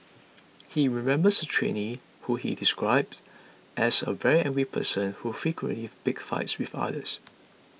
he remembers a trainee whom he described as a very angry person who frequently picked fights with others